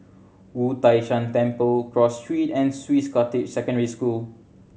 Wu Tai Shan Temple Cross Street and Swiss Cottage Secondary School